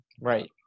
Right